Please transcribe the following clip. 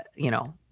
you know,